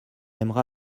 aimera